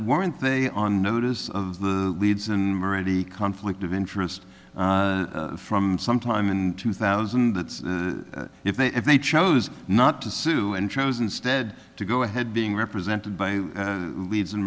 weren't they on notice of the leads and ready conflict of interest from sometime in two thousand that if they if they chose not to sue and chose instead to go ahead being represented by leeds